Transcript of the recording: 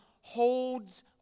holds